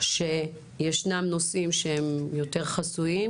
שיש נושאים יותר חסויים.